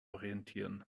orientieren